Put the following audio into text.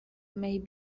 may